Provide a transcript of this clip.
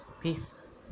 Peace